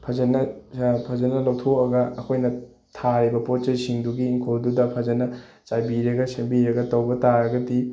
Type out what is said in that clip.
ꯐꯖꯅ ꯐꯖꯅ ꯂꯧꯊꯣꯛꯑꯒ ꯑꯩꯈꯣꯏꯅ ꯊꯥꯔꯤꯕ ꯄꯣꯠ ꯆꯩꯁꯤꯡꯗꯨꯒꯤ ꯏꯪꯈꯣꯜꯗꯨꯗ ꯐꯖꯅ ꯆꯥꯏꯕꯤꯔꯒ ꯁꯦꯃꯕꯤꯔꯒ ꯇꯧꯕ ꯇꯥꯔꯒꯗꯤ